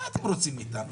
מה אתם רוצים מאתנו?